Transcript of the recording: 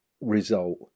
result